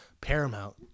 Paramount